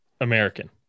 American